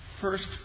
first